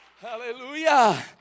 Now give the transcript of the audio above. Hallelujah